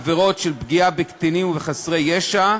עבירות פגיעה בקטינים ובחסרי ישע,